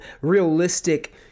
realistic